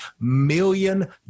million